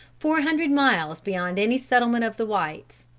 four hundred miles beyond any settlement of the whites.